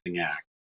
act